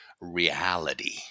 reality